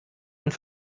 und